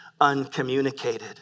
uncommunicated